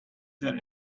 there